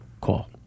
call